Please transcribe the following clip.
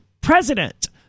president